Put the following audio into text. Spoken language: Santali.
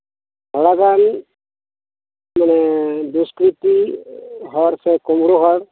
ᱛᱷᱚᱲᱟᱜᱟᱱ ᱢᱟᱱᱮ ᱫᱩᱥᱠᱨᱤᱛᱤ ᱦᱚᱲ ᱥᱮ ᱠᱩᱢᱲᱩ ᱦᱚᱲ